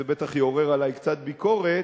וזה בטח יעורר עלי קצת ביקורת,